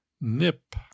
nip